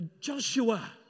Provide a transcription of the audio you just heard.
Joshua